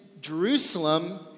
Jerusalem